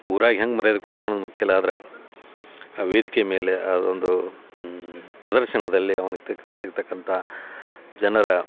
ಊರಾಗ ಹೆಂಗೆ ಮರ್ಯಾದೆ ಕೊಡ್ತಾರೆ ಅನ್ನೋದು ಮುಖ್ಯ ಅಲ್ಲ ಆದ್ರೆ ವೇದಿಕೆ ಮೇಲೆ ಅದೊಂದು ಪ್ರದರ್ಶನದಲ್ಲಿ ಅವ್ನಿಗೆ ತಿಕ್ ಸಿಗ್ತಕ್ಕಂಥ ಜನರ